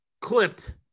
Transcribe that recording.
clipped